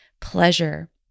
pleasure